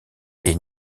est